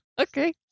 Okay